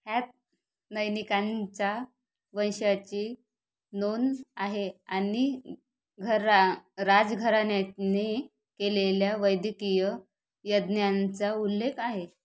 ह्यात नयनिकांच्या वंशाची नोंद आहे आणि घर राजघराण्याने केलेल्या वैद्यकीय यज्ञांचा उल्लेख आहे